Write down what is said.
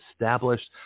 established